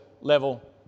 level